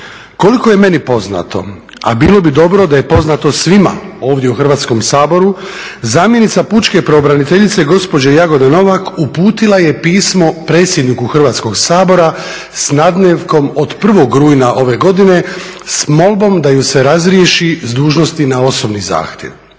koliko je meni poznato, a bilo bi dobro da je poznato svima ovdje u Hrvatskom saboru zamjenica pučke pravobraniteljice gospođa Jagoda Novak uputila je pismo predsjedniku Hrvatskog sabora sa nadnevkom od 1. rujna ove godine sa molbom da je se razriješi s dužnosti na osobni zahtjev.